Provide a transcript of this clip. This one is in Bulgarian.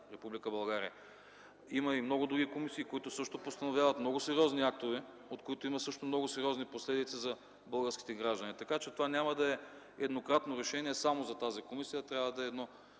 България. Има и много други комисии, които също постановяват много сериозни актове, от които също има много сериозни последици за българските граждани. Това няма да е еднократно решение само за тази комисия, а трябва да е едно